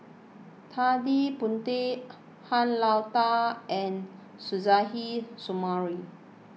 Ted De Ponti Han Lao Da and Suzairhe Sumari